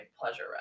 pleasure